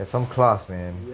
have some class man